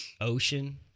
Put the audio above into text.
Ocean